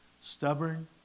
Stubborn